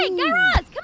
and guy raz.